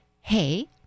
Hey